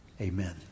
Amen